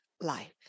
life